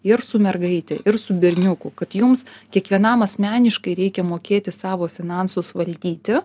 ir su mergaite ir su berniuku kad jums kiekvienam asmeniškai reikia mokėti savo finansus valdyti